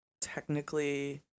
technically